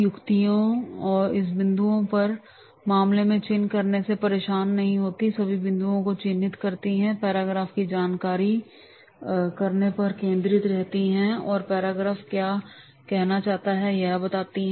युक्तियाँ इस बिंदु पर मामले को चिह्नित करने से परेशान नहीं होती हैं और सभी बिंदुओं को चिह्नित करती रहती हैं पैराग्राफ की जानकारी प्राप्त करने पर ध्यान केंद्रित करती हैं और पैराग्राफ क्या कहना चाहता है यह बताती है